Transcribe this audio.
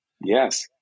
Yes